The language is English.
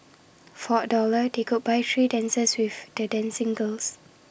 for A dollar they could buy three dances with the dancing girls